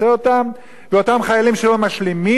ואותם חיילים שלא משלימים שלוש שנים?